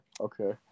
okay